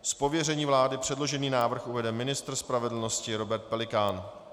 Z pověření vlády předložený návrh uvede ministr spravedlnosti Robert Pelikán.